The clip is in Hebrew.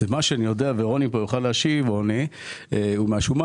זה מה שאני יודע ורוני פה יוכל להשיב רוני הוא מהשומה